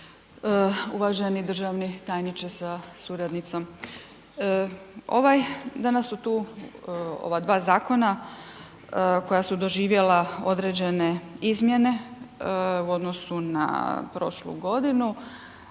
uvaženi državni tajniče sa suradnicom. Ovaj, danas su tu ova dva zakona koja su doživjela određene izmjene u odnosu na prošlu godinu.